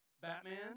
Batman